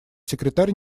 секретарь